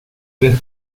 tres